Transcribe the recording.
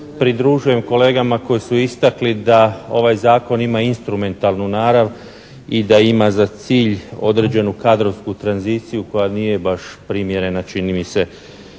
pridružujem kolegama koji su istakli da ovaj zakon ima instrumentalnu narav i da ima za cilj određenu kadrovsku tranziciju koja nije baš primjerena čini mi se